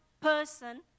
person